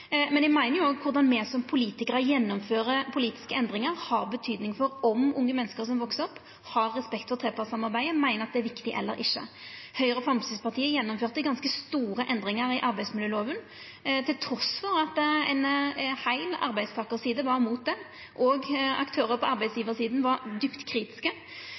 gjennomfører politiske endringar, har noko å seia for om unge menneske som veks opp, har respekt for trepartssamarbeidet og meiner det er viktig eller ikkje. Høgre og Framstegspartiet gjennomførte ganske store endringar i arbeidsmiljølova, trass i at ei heil arbeidstakarside var imot det, og at aktørar på arbeidsgjevarsida var djupt kritiske.